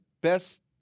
best